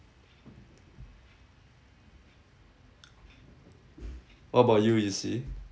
what about you yee-shi